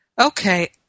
okay